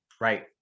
Right